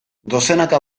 dozenaka